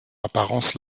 apparence